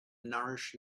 nourish